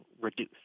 reduce